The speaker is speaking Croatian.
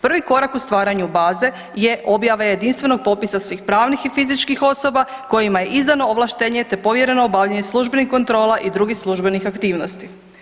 Prvi korak u stvaranju baze je objava jedinstvenog popisa svih pravnih i fizičkih osoba kojima je izdano ovlaštenje te povjereno obavljanje službenih kontrola i drugih službenih aktivnosti.